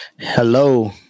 Hello